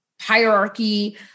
hierarchy